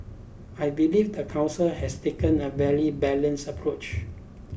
I believe the Council has taken a very balanced approach